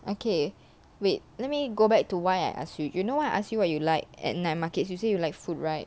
okay wait let me go back to why I ask you you know why I ask you what you like at night markets you say you like food right